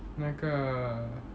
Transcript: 那个